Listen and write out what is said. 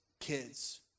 kids